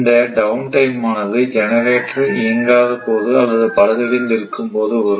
இந்த downtime ஆனது generator இயங்காத போது அல்லது பழுதடைந்து இருக்கும் போது வரும்